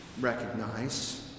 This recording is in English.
recognize